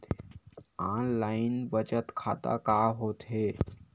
Online बचत खाता का होथे?